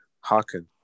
hearken